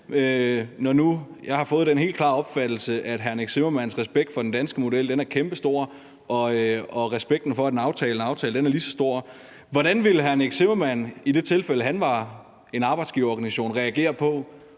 jeg har fået den helt klare opfattelse, at hr. Nick Zimmermanns respekt for den danske model er kæmpestor og respekten for, at en aftale er en aftale, er lige så stor: Hvordan vil hr. Nick Zimmermann i det tilfælde, han var en arbejdsgiverorganisation, reagere på